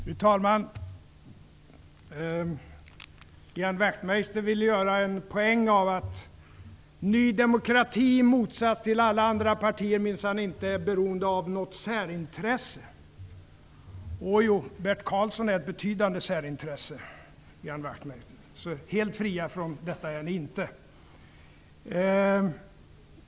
Fru talman! Ian Wachtmeister vill göra en poäng av att Ny demokrati i motsats till alla andra partier minnsan inte är beroende av något särintresse. Åjo, Bert Karlsson är ett betydande särintresse! Helt fria är ni inte.